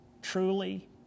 truly